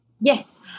yes